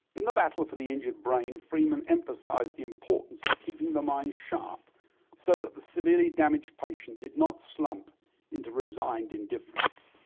in the battle for the injured brain freeman emphasised the importance of keeping the mind sharp so that the severely damaged patient did not slump into resigned indifference.